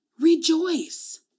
rejoice